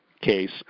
case